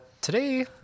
today